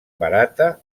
barata